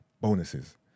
bonuses